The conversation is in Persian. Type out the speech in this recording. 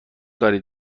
دارید